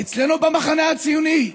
אצלנו, במחנה הציוני,